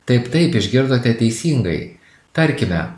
taip taip išgirdote teisingai tarkime